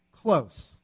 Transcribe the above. close